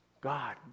God